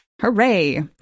hooray